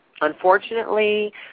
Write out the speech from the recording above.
unfortunately